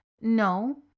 No